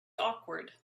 awkward